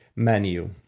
Menu